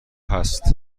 هست